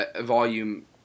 volume